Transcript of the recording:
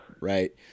Right